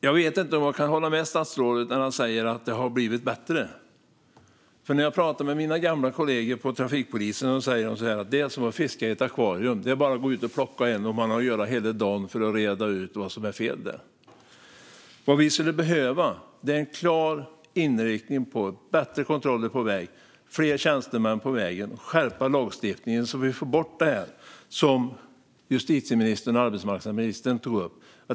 Jag vet inte om jag kan hålla med statsrådet när han säger att det har blivit bättre, för när jag pratar med mina gamla kollegor på trafikpolisen säger de att det är som att fiska i ett akvarium. Det är bara att gå ut och plocka en, och man har att göra hela dagen för att reda ut vad som är fel. Vad vi skulle behöva är en klar inriktning på bättre kontroller på vägen och fler tjänstemän på vägen. Vi behöver skärpa lagstiftningen så att vi får bort det som justitieministern och arbetsmarknadsministern tog upp.